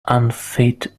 unfit